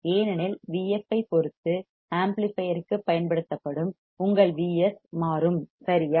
ஏனெனில் Vf ஐப் பொறுத்து ஆம்ப்ளிபையர்க்கு பயன்படுத்தப்படும் உங்கள் Vs மாறும் சரியா